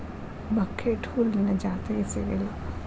buckwheat ಹುಲ್ಲಿನ ಜಾತಿಗೆ ಸೇರಿಲ್ಲಾ